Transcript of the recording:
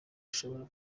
ushobora